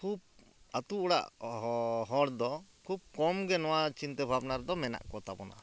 ᱠᱷᱩᱵ ᱟᱹᱛᱩ ᱚᱲᱟᱜ ᱦᱚᱲ ᱫᱚ ᱠᱷᱩᱵ ᱠᱚᱢᱜᱮ ᱱᱚᱣᱟ ᱪᱤᱱᱛᱟᱹ ᱵᱷᱟᱵᱱᱟ ᱨᱮᱫᱚ ᱢᱮᱱᱟᱜ ᱠᱚ ᱛᱟᱵᱚᱱᱟ